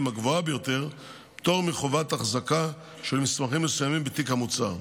הגבוהה ביותר פטור מחובת החזקה של מסמכים מסוימים בתיק המוצר.